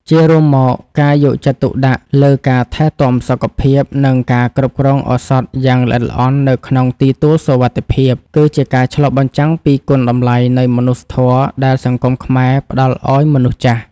ជារួមមក ការយកចិត្តទុកដាក់លើការថែទាំសុខភាព និងការគ្រប់គ្រងឱសថយ៉ាងល្អិតល្អន់នៅក្នុងទីទួលសុវត្ថិភាព គឺជាការឆ្លុះបញ្ចាំងពីគុណតម្លៃនៃមនុស្សធម៌ដែលសង្គមខ្មែរផ្តល់ឱ្យមនុស្សចាស់។